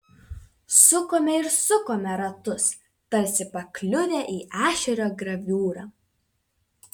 sukome ir sukome ratus tarsi pakliuvę į ešerio graviūrą